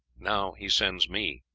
now he sends me.